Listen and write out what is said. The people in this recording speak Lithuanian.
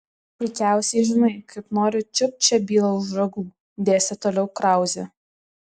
puikiausiai žinai kaip noriu čiupt šią bylą už ragų dėstė toliau krauzė